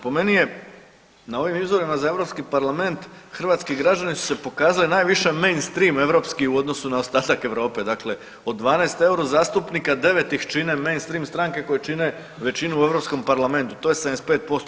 Po meni je na ovim izborima za Europski parlament hrvatski građani su se pokazali najviše mainstream europski u odnosu na ostatak Europe, dakle od 12 euro zastupnika 9 ih čine mainstream stranke koje čine većinu u Europskom parlamentu, to je 75%